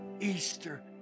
Easter